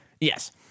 Yes